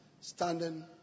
standing